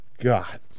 god